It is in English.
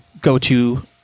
go-to